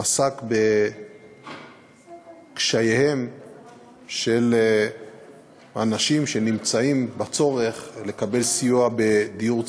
עסק בקשייהם של אנשים שיש להם צורך לקבל סיוע בדיור ציבורי,